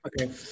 okay